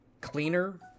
Cleaner